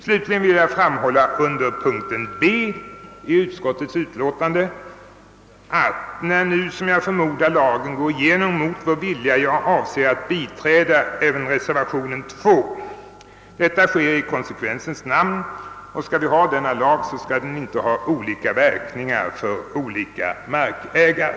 Slutligen vill jag framhålla under punkten B i utskottets utlåtande att när nu — som jag förmodar — lagen går igenom mot vår vilja, jag avser att biträda reservationen II. Detta sker i konsekvensens namn. Skall vi ha denna lag, så skall den inte ha olika verkningar för olika markägare!